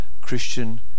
christian